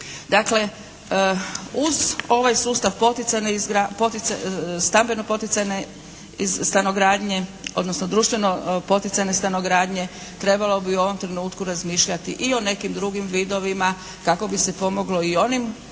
Dakle uz ovaj sustav poticajne, stambeno poticajne stanogradnje odnosno društveno poticajne stanogradnje trebalo bi u ovom trenutku razmišljati i o nekim drugim vidovima kako bi se pomoglo i onim